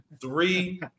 Three